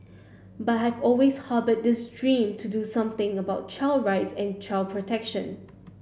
but have always harbour this dream to do something about child rights and child protection